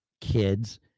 kids